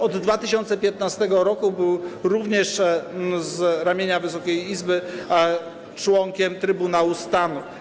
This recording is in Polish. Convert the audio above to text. Od 2015 r. był również z ramienia Wysokiej Izby członkiem Trybunału Stanu.